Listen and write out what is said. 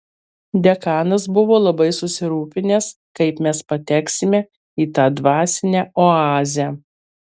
dekanas buvo labai susirūpinęs kaip mes pateksime į tą dvasinę oazę